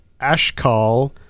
Ashkal